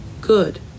good